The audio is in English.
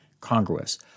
congruous